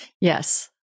Yes